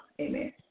Amen